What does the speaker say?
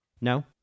No